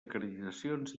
acreditacions